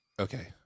okay